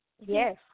Yes